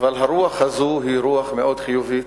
אבל הרוח הזאת היא רוח מאוד חיובית.